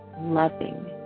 loving